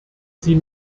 sie